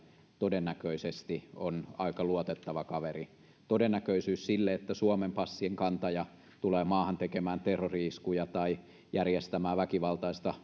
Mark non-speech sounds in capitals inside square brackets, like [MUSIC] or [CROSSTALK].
todennäköisesti on aika luotettava kaveri todennäköisyys sille että suomen passin kantaja tulee maahan tekemään terrori iskuja tai järjestämään väkivaltaista [UNINTELLIGIBLE]